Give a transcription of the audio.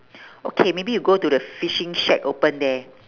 okay maybe you go to the fishing shack open there